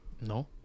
No